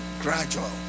gradual